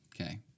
Okay